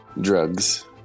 Drugs